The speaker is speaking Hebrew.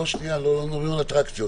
אנחנו לא מדברים על אטרקציות,